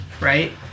right